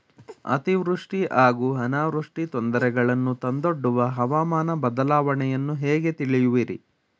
ಅತಿವೃಷ್ಟಿ ಹಾಗೂ ಅನಾವೃಷ್ಟಿ ತೊಂದರೆಗಳನ್ನು ತಂದೊಡ್ಡುವ ಹವಾಮಾನ ಬದಲಾವಣೆಯನ್ನು ಹೇಗೆ ತಿಳಿಯುವಿರಿ?